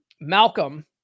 Malcolm